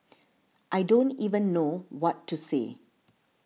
I don't even know what to say